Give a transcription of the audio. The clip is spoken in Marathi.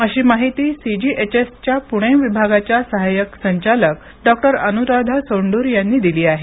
अशी माहिती सीजीएचएसच्या पुणे विभागाच्या सहाय्यक संचालक डॉ अनुराधा सोंडूर यांनी दिली आहे